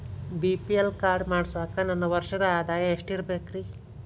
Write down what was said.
BPL card ಮಾಡ್ಸಾಕ ನನ್ನ ವರ್ಷದ್ ಆದಾಯ ಎಷ್ಟ ಇರಬೇಕ್ರಿ?